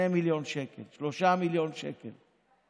2 מיליון שקל, 3 מיליון שקל.